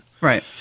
Right